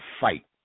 fight